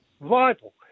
vital